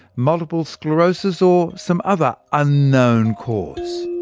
multiple sclerosis, or some other unknown cause.